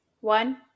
One